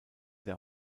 der